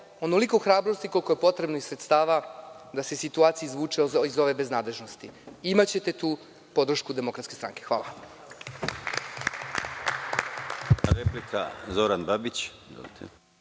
onoliko hrabrosti koliko je potrebno i sredstava da se situacija izvuče iz ove beznadežnosti. Imaćete tu podršku DS. Hvala.